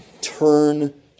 turn